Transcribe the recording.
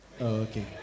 Okay